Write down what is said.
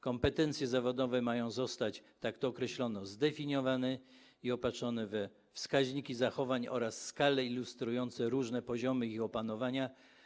Kompetencje zawodowe mają zostać, tak to określono, zdefiniowane i opatrzone wskaźnikami zachowań oraz skalami ilustrującymi różne poziomy ich opanowania.